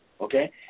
Okay